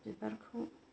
बेफोरखौ